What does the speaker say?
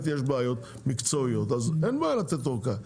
יש בעיות מקצועיות אז אין בעיה לתת ארכה.